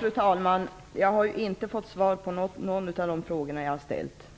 Fru talman! Jag har inte fått svar på någon av de frågor som jag ställt.